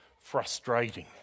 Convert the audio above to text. frustrating